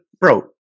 bro